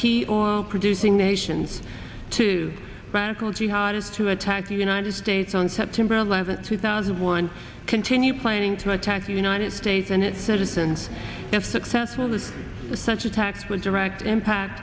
key oil producing nations to radical jihad to attack the united states on september eleventh two thousand and one continued planning to attack the united states and its citizens if successful that such attacks would direct impact